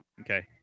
Okay